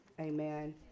amen